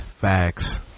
Facts